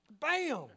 bam